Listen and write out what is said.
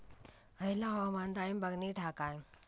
हयला हवामान डाळींबाक नीट हा काय?